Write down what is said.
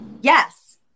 Yes